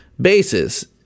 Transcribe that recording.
bases